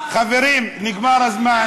חברים, נגמר הזמן.